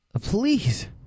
Please